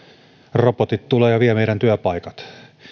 robotit tulevat ja vievät meidän työpaikat